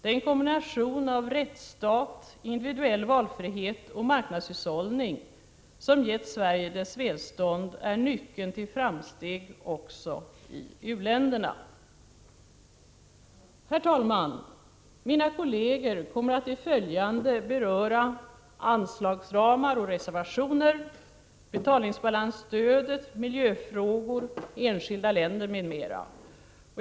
Den kombination av rättsstat, individuell valfrihet och marknadshushållning som gett Sverige dess välstånd är nyckeln till framsteg också i u-länderna. Herr talman! Mina kolleger kommer att i det följande beröra anslagsramar och reservationer, betalningsbalansstödet, miljöfrågor, enskilda länder m.m.